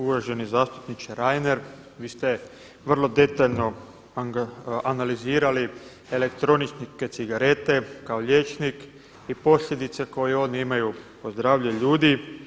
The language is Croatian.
Uvaženi zastupniče Reiner, vi ste vrlo detaljno analizirali elektroničke cigarete kao liječnik i posljedice koje oni imaju o zdravlje ljudi.